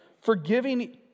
forgiving